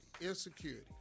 Insecurity